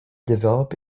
develop